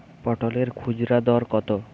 পটলের খুচরা দর কত?